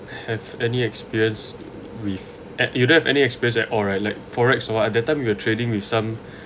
have any experience with you don't have any experience at all right like forex or what that time you were trading with some